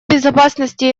безопасности